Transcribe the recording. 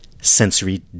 sensory